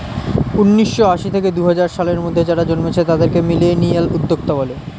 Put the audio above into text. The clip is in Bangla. উন্নিশো আশি থেকে দুহাজার সালের মধ্যে যারা জন্মেছে তাদেরকে মিলেনিয়াল উদ্যোক্তা বলে